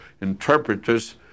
interpreters